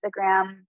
Instagram